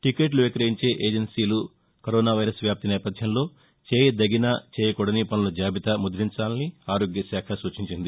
టీకెట్లు విక్రయించే ఏజెన్సీలు corona virus వ్యాప్తి నేపధ్యంలో చేయదగిన చేయకూడని పనుల జాబితా ముద్దించాలని ఆరోగ్యశాఖ సూచించింది